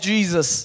Jesus